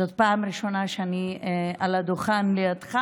זאת פעם ראשונה שאני על הדוכן לידך.